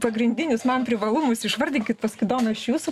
pagrindinius man privalumus išvardinkit paskui domai aš jūsų